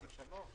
טוב.